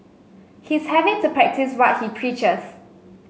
he's having to practice what he preaches